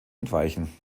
entweichen